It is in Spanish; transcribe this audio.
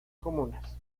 comunas